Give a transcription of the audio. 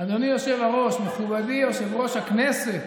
אדוני היושב-ראש, מכובדי יושב-ראש הכנסת,